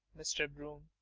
mr. broome.